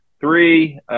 Three